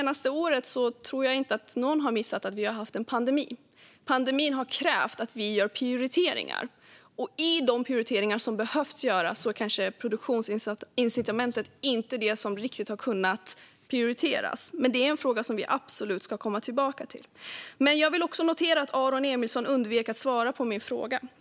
Jag tror inte att någon har missat att vi det senaste året har haft en pandemi som har krävt att vi gör prioriteringar. Då har kanske inte produk-tionsincitamentet varit det som riktigt har kunnat prioriteras. Det är dock en fråga som vi absolut ska komma tillbaka till. Jag noterar också att Aron Emilsson undvek att svara på min fråga.